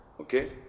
okay